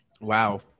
Wow